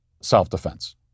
self-defense